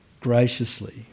graciously